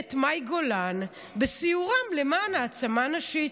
את מאי גולן בסיורם למען העצמה נשית.